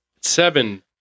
Seven